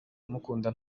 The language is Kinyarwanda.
kumukunda